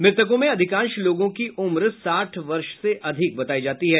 मृतकों में अधिकांश लोगों की उम्र साठ वर्ष से अधिक बताई जाती है